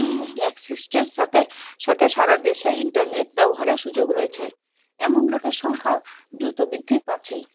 অ্যাক্সেসটার সাথে সাথে সারা দেশে ইন্টারনেট ব্যবহারের সুযোগ রয়েছে এমন লোকের সংখ্যা দ্রুত বৃদ্ধি পাচ্ছেই